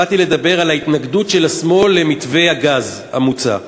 באתי לדבר על ההתנגדות של השמאל למתווה הגז המוצע.